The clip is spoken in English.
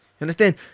Understand